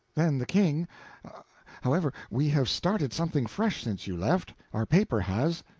then the king however, we have started something fresh since you left our paper has.